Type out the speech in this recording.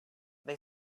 they